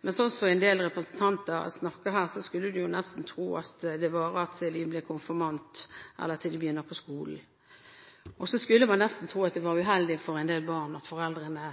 Men slik som en del representanter snakker her, skulle man nesten tro at kontantstøtten varer til de blir konfirmanter eller begynner på skolen. Man skulle nesten tro at det var uheldig for en del barn at foreldrene